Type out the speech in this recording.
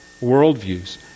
worldviews